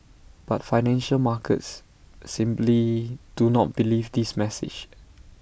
but financial markets simply do not believe this message